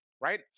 right